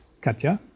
Katja